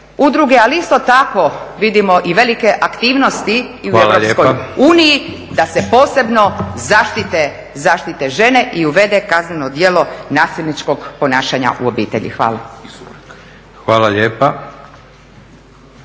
udruge ali isto tako vidimo i velike aktivnost i u Europskoj … …/Upadica: Hvala lijepa./… … Uniji da se posebno zaštite žene i uvede kazneno djelo nasilničkog ponašanja u obitelji. Hvala. **Leko,